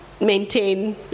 maintain